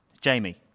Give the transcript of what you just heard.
Jamie